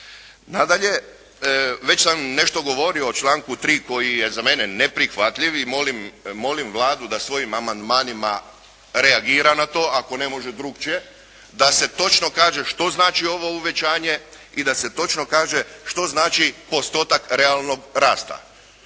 Nadalje, već sam nešto govorio o članku 3. koji je za mene neprihvatljiv i molim Vladu da svojim amandmanima reagira na to ako ne može drukčije, da se točno kaže što znači ovo uvećanje i da se točno kaže što znači postotak realnog rasta.